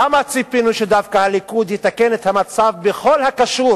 למה ציפינו שדווקא הליכוד יתקן את המצב בכל הקשור